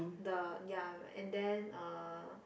the ya and then uh